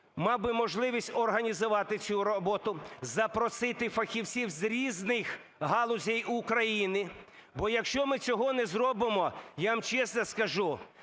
мав би можливість організувати цю роботу, запросити фахівців з різних галузей України. Бо якщо ми цього не зробимо, я вам чесно скажу,